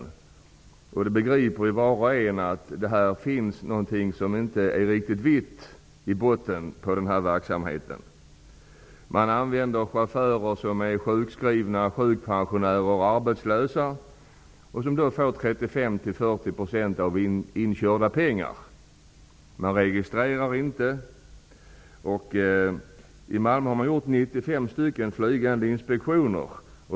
Var och en begriper att det finns någonting som inte är riktigt ''vitt'' i botten på denna verksamhet. Företagen använder chaufförer som är sjukskrivna, sjukpensionärer och arbetslösa. De får 35--40 % av de inkörda pengarna. Ingenting registreras. I Malmö har man gjort 95 flygande inspektioner.